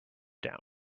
down